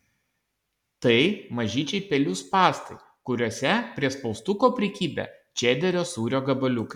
tai mažyčiai pelių spąstai kuriuose prie spaustuko prikibę čederio sūrio gabaliukai